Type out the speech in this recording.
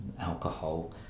alcohol